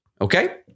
okay